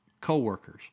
co-workers